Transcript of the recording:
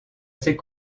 ses